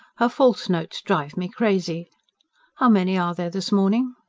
her false notes drive me crazy how many are there, this morning?